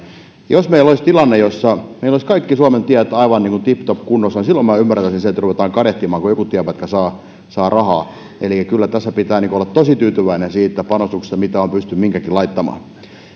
jos meillä olisi tilanne jossa meillä olisi kaikki suomen tiet aivan niin kuin tiptopkunnossa niin silloin minä ymmärtäisin sen että ruvetaan kadehtimaan kun jokin tienpätkä saa rahaa eli kyllä tässä pitää olla tosi tyytyväinen siitä panostuksesta mitä on pystytty mihinkin laittamaan